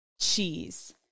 cheese